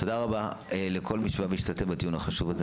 תודה רבה לכל מי שהשתתף בדיון החשוב הזה.